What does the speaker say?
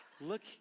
look